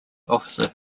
officer